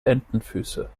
entenfüße